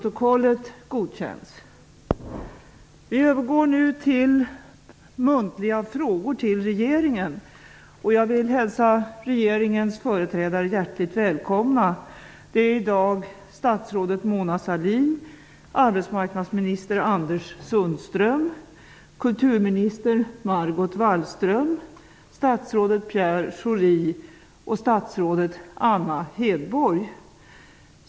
Jag vill hälsa regeringens företrädare hjärtligt välkomna. De är i dag statsrådet Mona Sahlin, arbetsmarknadsminister Anders Sundström, kulturminister Margot Wallström, statsrådet Pierre Schori och statsrådet Anna Hedborg.